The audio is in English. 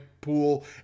pool